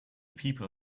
people